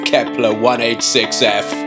Kepler-186f